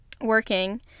working